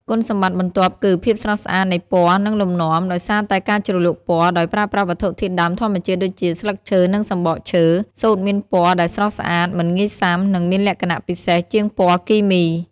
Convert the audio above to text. គុណសម្បត្តិបន្ទាប់គឺ ភាពស្រស់ស្អាតនៃពណ៌និងលំនាំ ដោយសារតែការជ្រលក់ពណ៌ដោយប្រើប្រាស់វត្ថុធាតុដើមធម្មជាតិដូចជាស្លឹកឈើនិងសំបកឈើ សូត្រមានពណ៌ដែលស្រស់ស្អាត មិនងាយសាំ និងមានលក្ខណៈពិសេសជាងពណ៌គីមី។